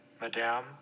Madame